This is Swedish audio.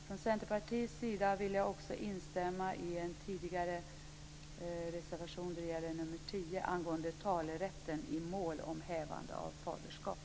Från Centerpartiets sida vill jag också instämma i en tidigare reservation, nr 10, angående talerätten i mål om hävande av faderskap.